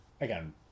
again